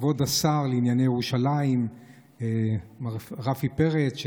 כבוד השר לענייני ירושלים מר רפי פרץ,